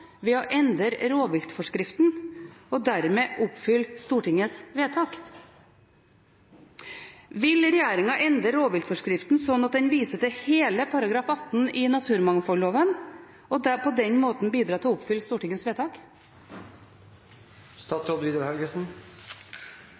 ved å endre rovviltforskriften og dermed oppfylle Stortingets vedtak. Vil regjeringen endre rovviltforskriften slik at den viser til hele § 18 i naturmangfoldloven og på den måten bidra til å oppfylle Stortingets vedtak?